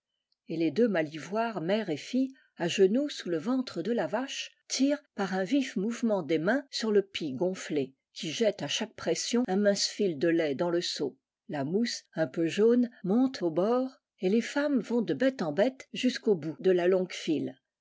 et les deux malivoire mère et fille à genoux sous le ventre de la vache tirent par un vif mouvement des mains sur le pis gonflé qui jette à chaque pression un mince fil de lait dans le seau la mousse un peu jaune monte aux bords et les femmes vont de bête en bête jusqu'au bout de la longue file